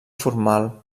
formal